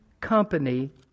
company